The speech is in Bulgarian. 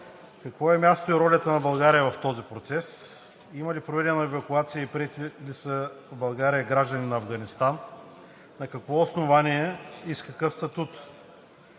какво е мястото и ролята на България в този процес; има ли проведена евакуация и приети ли са в България граждани на Афганистан, на какво основание и с какъв статут;